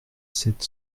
sept